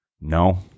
No